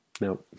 no